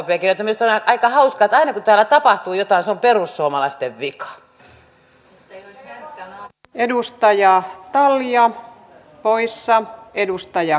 minusta on aika hauskaa että aina kun täällä tapahtuu jotain se on perussuomalaisten vika